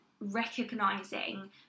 recognizing